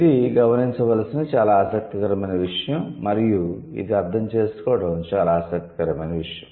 ఇది గమనించవలసిన చాలా ఆసక్తికరమైన విషయం మరియు ఇది అర్థం చేసుకోవడం చాలా ఆసక్తికరమైన విషయం